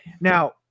Now